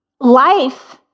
Life